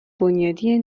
بنیادی